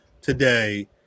today